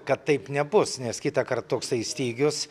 kad taip nebus nes kitąkart toksai stygius